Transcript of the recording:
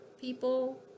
people